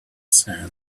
sand